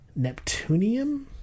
Neptunium